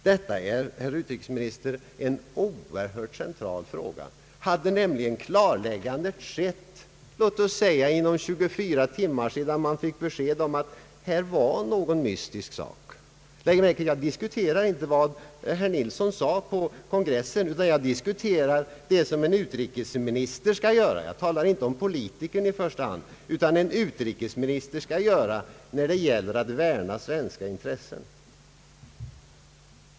Detta är, herr utrikesminister, en oerhört central fråga. Hade nämligen klarläggandet skett inom låt oss säga 24 timmar sedan man fått besked om att det här var någon mystisk sak, hade situationen varit en helt annan. Lägg märke till att jag inte diskuterar vad herr Nilsson sade på kongressen. Jag talar inte om politikern i första hand, utan jag talar om vad en utrikesminister skall göra när det gäller att värna svenska intressen.